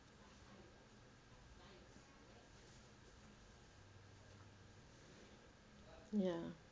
ya